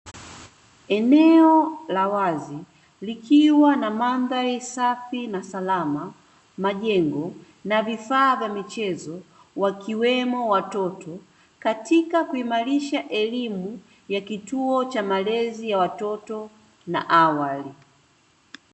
Eneo la wazi likiwa na mandhari safi na salama, majengo na vifaa vya michezo wakiwemo watoto katika kuimarisha elimu ya kituo cha malezi ya watoto na awali.